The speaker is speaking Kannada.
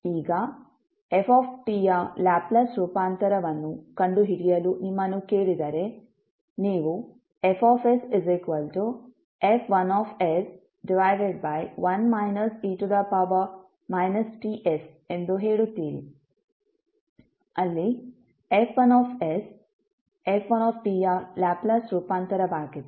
ಈಗ ft ಯ ಲ್ಯಾಪ್ಲೇಸ್ ರೂಪಾಂತರವನ್ನು ಕಂಡುಹಿಡಿಯಲು ನಿಮ್ಮನ್ನು ಕೇಳಿದರೆ ನೀವು FsF11 e Ts ಎಂದು ಹೇಳುತ್ತೀರಿ ಅಲ್ಲಿ F1 f1 ಯ ಲ್ಯಾಪ್ಲೇಸ್ ರೂಪಾಂತರವಾಗಿದೆ